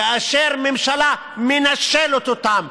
כאשר ממשלה מנשלת אותם,